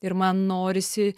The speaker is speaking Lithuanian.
ir man norisi